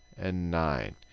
and nine.